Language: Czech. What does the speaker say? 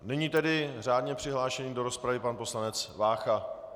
Nyní tedy řádně přihlášený do rozpravy pan poslanec Vácha.